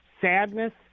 sadness